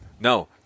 No